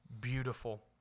beautiful